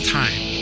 time